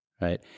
Right